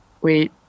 wait